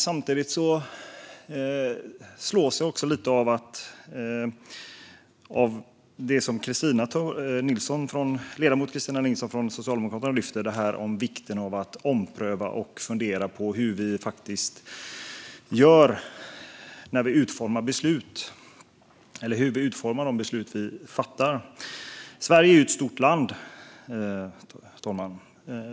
Samtidigt slås jag lite av det som ledamoten Kristina Nilsson från Socialdemokraterna lyfte fram om vikten av att ompröva och fundera på hur vi utformar de beslut vi fattar. Herr talman! Sverige är ett stort land.